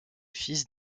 fils